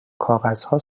کاغذها